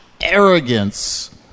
arrogance